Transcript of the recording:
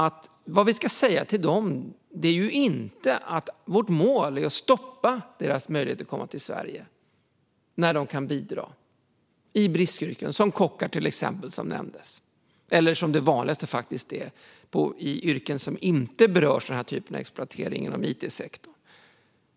Till dem ska vi inte säga att vårt mål är att stoppa deras möjlighet att komma till Sverige och bidra i bristyrken, till exempel som kockar, vilket nämndes, eller, som det vanligaste faktiskt är, i yrken som inte berörs av denna typ av exploatering inom it-sektorn.